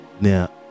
Now